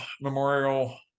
memorial